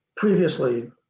previously